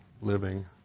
living